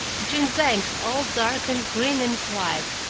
between banks all dark and green and quiet,